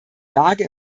lage